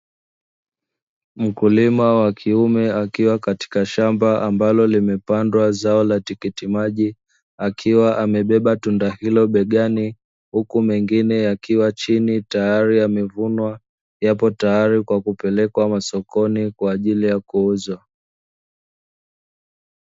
Mkulima wa kiume akiwa katika shamba ambalo limepandwa zao la tikiti maji, akiwa amebeba tunda hilo begani huku mengine yakiwa chini tayari yamevunwa, yapo tayari kwa kupelekwa sokoni kwa ajili ya kuuzwa.